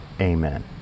amen